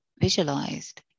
visualized